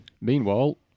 meanwhile